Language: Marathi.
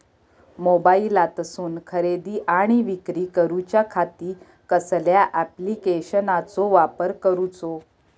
मोबाईलातसून खरेदी आणि विक्री करूच्या खाती कसल्या ॲप्लिकेशनाचो वापर करूचो?